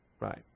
Right